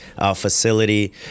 facility